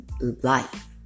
life